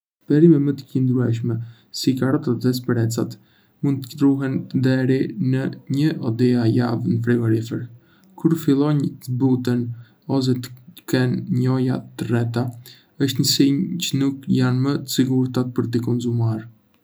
Perime më të qëndrueshme, si karotat dhe specat, mund të ruhen deri në një-di javë në frigorifer. Kur Nisëjnë të zbuten ose të kenë njolla të errëta, është sinjë që nuk janë më të sigurta për t'u konsumuar.